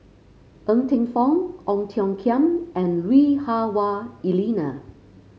Ng Teng Fong Ong Tiong Khiam and Lui Hah Wah Elena